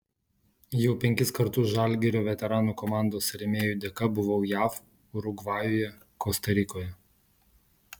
jau penkis kartus žalgirio veteranų komandos rėmėjų dėka buvau jav urugvajuje kosta rikoje